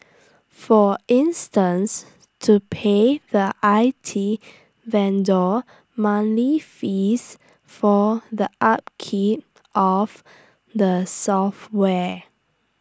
for instance to pay the I T vendor money fees for the upkeep of the software